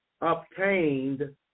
obtained